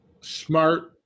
smart